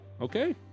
Okay